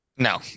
No